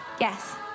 Yes